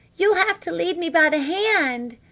you'll have to lead me by the hand.